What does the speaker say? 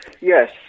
Yes